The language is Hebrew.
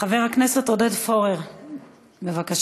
חבר הכנסת עודד פורר, בבקשה.